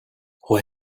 why